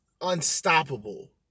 unstoppable